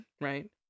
Right